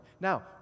Now